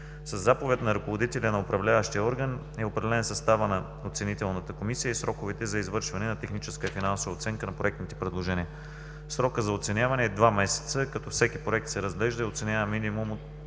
Със заповед на ръководителя на управляващия орган е определен съставът на оценителната комисия и сроковете за извършване на техническа и финансова оценка на проектните предложения. Срокът за оценяване е два месеца, като всеки проект се разглежда и оценява минимум от